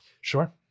Sure